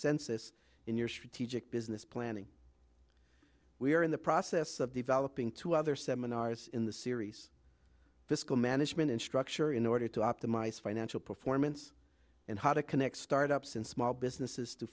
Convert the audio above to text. census in your strategic business planning we are in the process of developing two other seminars in the series fiscal management and structure in order to optimize financial performance and how to connect startups and small businesses to